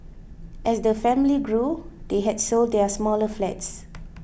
as the family grew they had sold their smaller flats